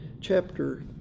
chapter